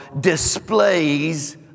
displays